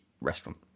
restaurant